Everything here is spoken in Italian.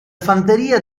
fanteria